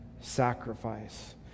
sacrifice